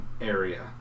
area